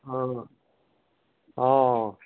অঁ অঁ